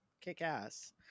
kick-ass